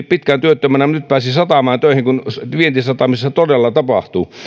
pitkään työttömänä mutta nyt pääsi satamaan töihin kun vientisatamissa todella tapahtuu